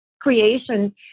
creation